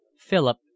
Philip